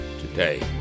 today